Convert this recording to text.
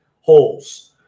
holes